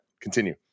continue